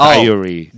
Diary